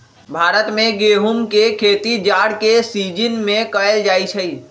भारत में गेहूम के खेती जाड़ के सिजिन में कएल जाइ छइ